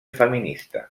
feminista